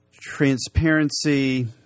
transparency